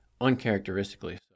uncharacteristically